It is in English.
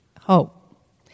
hope